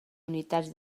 unitats